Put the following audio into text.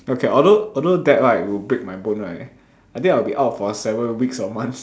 okay although although that right would break my bone right I think I'll be out for seven weeks or months